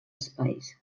espais